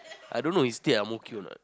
I don't know he stay at Ang-Mo-Kio or not